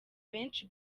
benshi